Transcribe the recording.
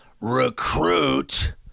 recruit